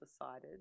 decided